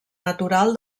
natural